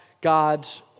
God's